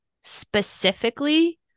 specifically